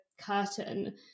curtain